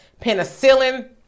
penicillin